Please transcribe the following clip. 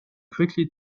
quickly